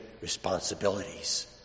responsibilities